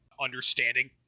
understanding